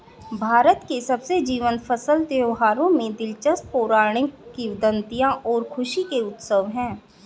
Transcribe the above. भारत के सबसे जीवंत फसल त्योहारों में दिलचस्प पौराणिक किंवदंतियां और खुशी के उत्सव है